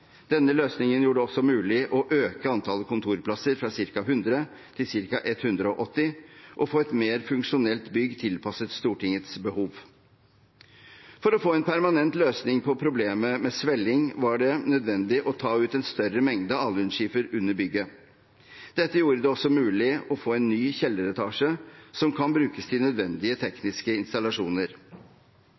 Denne løsningen gjorde det også mulig å øke antallet kontorplasser fra ca. 100 til ca. 180 og få et mer funksjonelt bygg tilpasset Stortingets behov. For å få en permanent løsning på problemet med svelling var det nødvendig å ta ut en større mengde alunskifer under bygget. Dette gjorde det også mulig å få en ny kjelleretasje som kan brukes til nødvendige tekniske installasjoner.